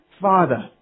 Father